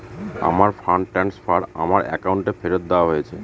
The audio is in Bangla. আমার ফান্ড ট্রান্সফার আমার অ্যাকাউন্টে ফেরত দেওয়া হয়েছে